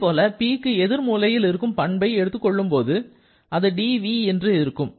அதேபோல Pக்கு எதிர் மூலையில் இருக்கும் பண்பை எடுத்துக் கொள்ளும் போது அது dv என்று இருக்கும்